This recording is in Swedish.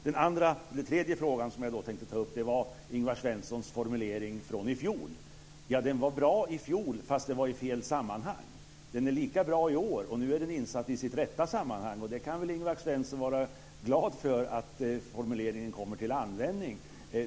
Den tredje aspekten som jag tänkte ta upp är Ingvar Svenssons formulering från i fjol. Den var bra i fjol, fast den förekom i fel sammanhang. Den är lika bra i år, och nu är den insatt i sitt rätta sammanhang. Ingvar Svensson kan väl vara glad för att formuleringen kommer till användning.